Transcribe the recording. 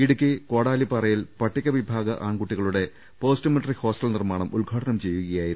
ഇടുക്കി കോടാലിപ്പാറയിൽ പട്ടിക വിഭാഗ ആൺകു ട്ടികളുടെ പോസ്റ്റ് മെട്രിക് ഹോസ്റ്റൽ നിർമ്മാണം ഉദ്ഘാടനം ചെയ്യു കയായിരുന്നു മന്ത്രി